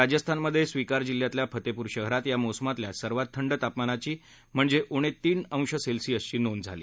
राजस्थानमध्ये सिकार जिल्ह्यातल्या फतेपूर शहरात या मोसमातल्या सर्वात थंड तपमानाची म्हणजे उणे तीन अंश सेल्सियसची नोंद झाली